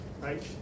Right